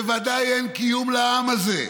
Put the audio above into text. בוודאי אין קיום לעם הזה,